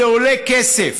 זה עולה כסף,